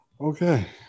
Okay